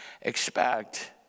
expect